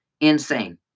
insane